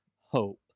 hope